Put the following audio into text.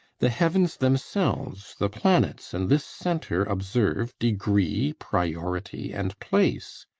the heavens themselves, the planets, and this centre, observe degree, priority, and place,